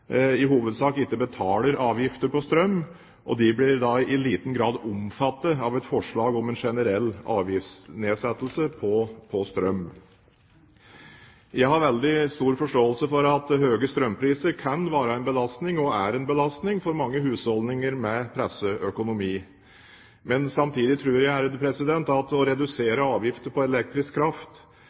i hovedsak ikke betaler avgifter på strøm, og de blir da i liten grad omfattet av et forslag om en generell avgiftsnedsettelse på strøm. Jeg har veldig stor forståelse for at høye strømpriser kan være en belastning og er en belastning for mange husholdninger med presset økonomi. Men samtidig tror jeg at å redusere avgifter på elektrisk kraft